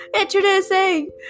introducing